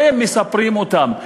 והם מספרים אותם.